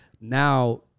now